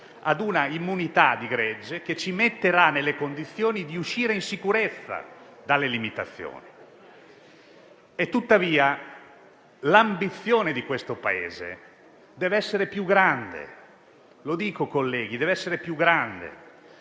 a un'immunità di gregge che ci metterà nelle condizioni di uscire in sicurezza dalle limitazioni. L'ambizione di questo Paese deve essere però più grande,